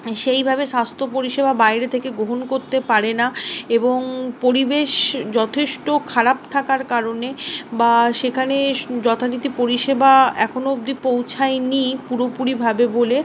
সেইভাবে স্বাস্থ্য পরিষেবা বাইরে থেকে গ্রহণ করতে পারে না এবং পরিবেশ যথেষ্ট খারাপ থাকার কারণে বা সেখানে যথারীতি পরিষেবা এখনো অব্দি পৌঁছায়নি পুরোপুরিভাবে বোলে